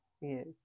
Yes